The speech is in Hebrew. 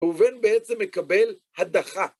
ראובן בעצם מקבל הדחה.